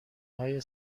های